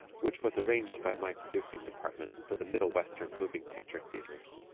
which was arranged by my producing department for the middle western moving picture theatres.